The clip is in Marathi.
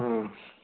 हं